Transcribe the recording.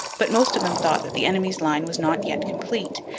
but most of them thought that the enemy's line was not yet complete,